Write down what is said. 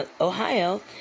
Ohio